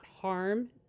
harm